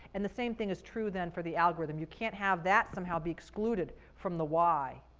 and the same thing is true then for the algorithm. you can't have that somehow be excluded from the why.